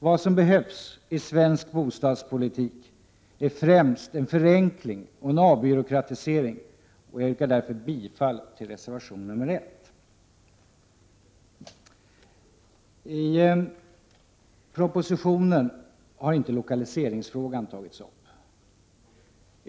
Vad som behövs i svensk bostadspolitik är främst en förenkling och avbyråkratisering. Jag yrkar därför bifall till reservation 1. I propositionen har inte lokaliseringsfrågan tagits upp.